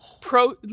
pro